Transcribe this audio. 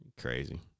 Crazy